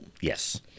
Yes